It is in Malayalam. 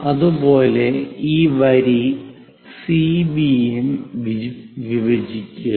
അതുപോലെ ഈ വരി CB യും വിഭജിക്കുക